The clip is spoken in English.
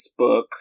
Facebook